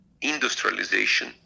industrialization